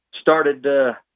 started